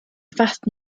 fast